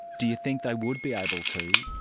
do you think they would be able to,